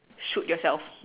shoot yourself